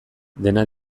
dena